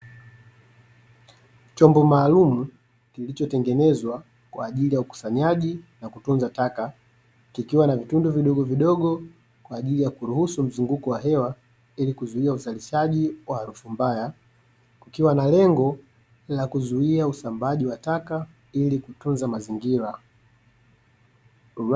Chombo maalumu kilichotengenezwa kwaajili ya ukusanyaji na kutunza taka, kikiwa na vitundu vidogovidogo kwaajili ya kuruhusu mzunguko wa hewa, ili kuzuia uzalishaji wa harufu mbaya, kukiwa na lengo la kuzuia usambaaji wa taka ili kutunza mazingira.